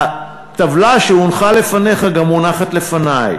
הטבלה שהונחה לפניך גם מונחת לפני,